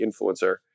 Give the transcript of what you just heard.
influencer